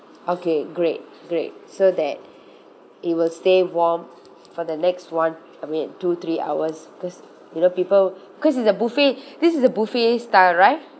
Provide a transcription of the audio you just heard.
okay great great so that it will stay warm for the next one I mean two three hours because you know people cause it's a buffet this is a buffet style right